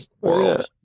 world